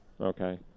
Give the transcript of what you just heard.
Okay